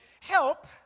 help